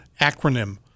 acronym